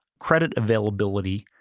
credit availability,